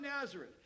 Nazareth